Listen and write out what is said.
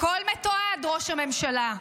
הכול מתועד, ראש הממשלה.